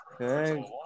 Okay